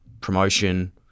promotion